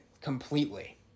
completely